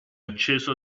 acceso